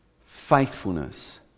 Faithfulness